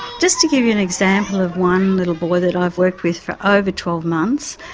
just to give you an example of one little boy that i've worked with for ah over twelve months.